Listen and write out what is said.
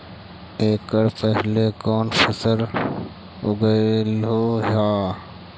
एकड़ पहले कौन फसल उगएलू हा?